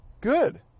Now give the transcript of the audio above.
good